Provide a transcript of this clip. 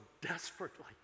desperately